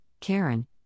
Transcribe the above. Karen